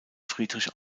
friedrich